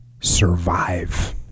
survive